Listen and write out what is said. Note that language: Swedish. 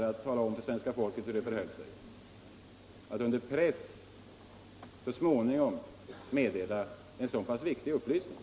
Det har ju funnits flera tidigare tillfällen. Är det riktigt att under press så småningom komma med en så pass viktig upplysning?